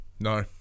no